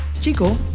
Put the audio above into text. Chico